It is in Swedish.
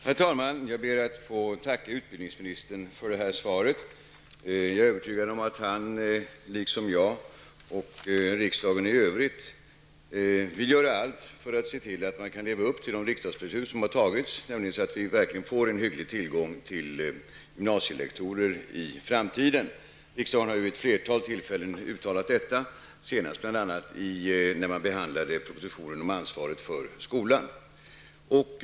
Herr talman! Jag ber att få tacka utbildningsministern för svaret. Jag är övertygad om att han, liksom jag och riksdagen i övrigt, vill göra allt för att se till att man kan leva upp till de riksdagsbeslut som har fattats, så att det verkligen blir en hygglig tillgång till gymnasielektorer i framtiden. Riksdagen har vid ett flertal tillfällen uttalat vikten av detta, senast bl.a. när propositionen om ansvaret för skolan behandlades.